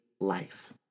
life